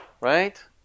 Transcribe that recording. Right